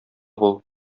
бул